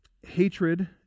hatred